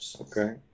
Okay